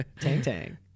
Tang-tang